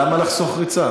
למה לחסוך ריצה?